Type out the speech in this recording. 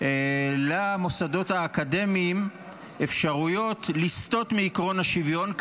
למוסדות האקדמיים אפשרויות לסטות מעקרון השוויון,